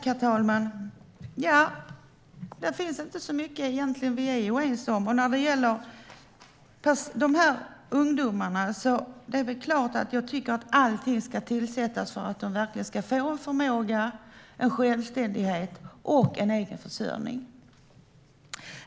Herr talman! Det finns egentligen inte så mycket som vi är oense om. När det gäller de här ungdomarna tycker jag såklart att alla klutar ska sättas till för att de verkligen ska få en självständighet och en förmåga till en egen försörjning.